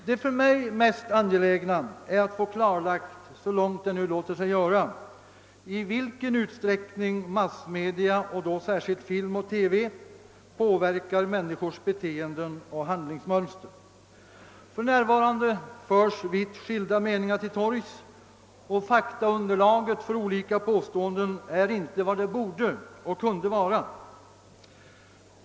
Det för mig mest angelägna är att få klarlagt — så långt detta nu låter sig göra — i vilken utsträckning massmedia, och då särskilt film och TV, påverkar människors beteenden och handlingsmönster. För närvarande förs vitt skilda meningar till torgs, och faktaunderlaget för olika påståenden är inte vad det borde och kunde vara.